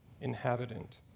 inhabitant